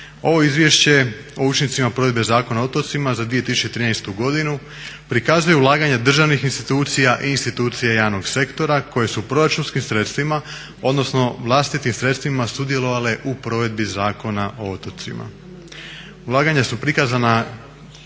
Ovo Izvješće o učincima provedbe Zakona o otocima za 2013. prikazuje ulaganja državnih institucija i institucija javnog sektora koje su proračunskim sredstvima, odnosno vlastitim sredstvima sudjelovale u provedbi Zakona o otocima. Ulaganja su prikazana